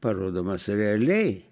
parodomas realiai